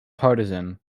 partisan